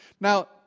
Now